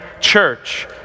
church